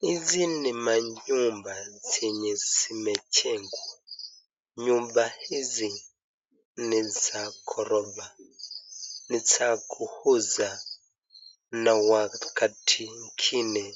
Hizi ni manyumba zenye zimechengwa nyumba hizi ni za ghorofa ni za kuuza na wakati ingine